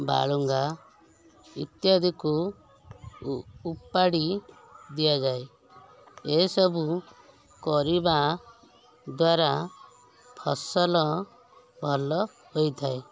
ବାଳୁଙ୍ଗା ଇତ୍ୟାଦିକୁ ଉପାଡ଼ି ଦିଆଯାଏ ଏସବୁ କରିବା ଦ୍ୱାରା ଫସଲ ଭଲ ହେଇଥାଏ